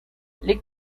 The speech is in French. les